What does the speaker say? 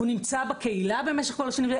הוא נמצא בקהילה במשך כל השנים האלה.